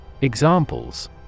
Examples